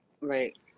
Right